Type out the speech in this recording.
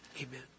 Amen